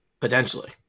potentially